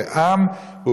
כעם,